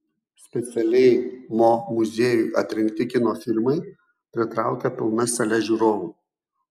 specialiai mo muziejui atrinkti kino filmai pritraukia pilnas sales žiūrovų